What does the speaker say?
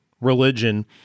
religion